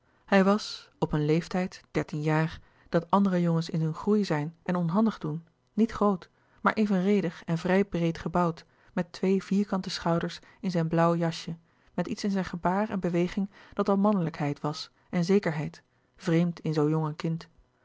hij was op een leeftijd dertien jaar dat andere jongens in hun groei zijn en onhandig doen niet groot maar evenredig en vrij breed gebouwd met twee vierkante schouders in zijn blauw jasje met iets in zijn gebaar en bewelouis couperus de boeken der kleine zielen ging dat al mannelijkheid was en zekerheid vreemd in zoo jong een kind